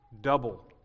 double